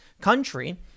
country